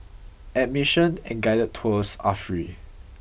admission and guided tours are free